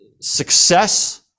Success